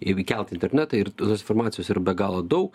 ir įkelt į internetą ir tos informacijos yra be galo daug